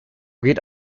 geht